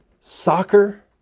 soccer